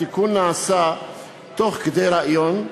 התיקון נעשה תוך כדי ריאיון,